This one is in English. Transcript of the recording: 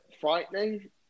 frightening